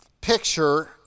picture